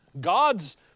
God's